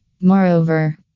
Moreover